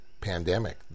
pandemic